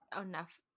enough